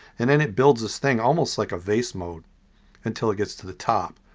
and then it builds this thing almost like a vase mode until it gets to the top.